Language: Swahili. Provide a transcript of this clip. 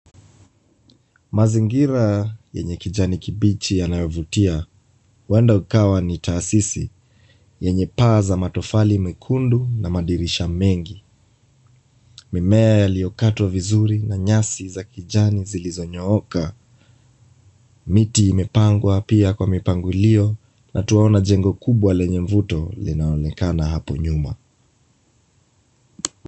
Mazingira yenye kijani kibichi yanayovutia uenda ikawa ni tahasisi yenye paa za matofali mekundu na madirisha mengi. Mimea yaliyokatwa vizuri na nyasi za kijani zilizonyooka, miti imepangwa pia kwa mipangilio na twaona jengo kubwa la mivuto linaonekana hapo nyuma.